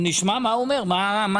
נשמע מה הוא אומר, מה קרה?